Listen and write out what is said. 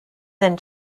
than